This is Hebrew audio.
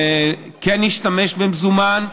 שכן ישתמש במזומן.